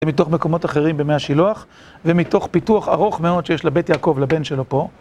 זה מתוך מקומות אחרים במי השילוח ומתוך פיתוח ארוך מאוד שיש לבית יעקב לבן שלו פה.